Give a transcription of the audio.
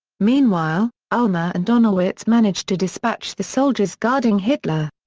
meanwhile, ulmer and donowitz manage to dispatch the soldiers guarding hitler.